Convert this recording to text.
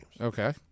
Okay